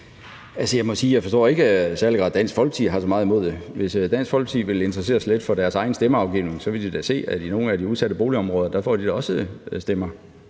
ikke forstår, at især Dansk Folkeparti har så meget imod det. Hvis Dansk Folkeparti vil interessere sig lidt for deres egne stemmer, vil de da kunne se, at i nogle af de udsatte boligområder får de også stemmer.